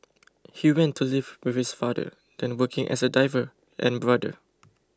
he went to live with his father then working as a driver and brother